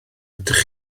ydych